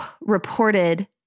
reported